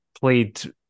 played